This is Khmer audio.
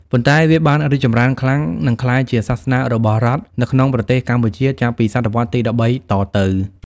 ប៉ុន្តែវាបានរីកចម្រើនខ្លាំង និងក្លាយជាសាសនារបស់រដ្ឋនៅក្នុងប្រទេសកម្ពុជាចាប់ពី សតវត្សរ៍ទី ១៣ តទៅ។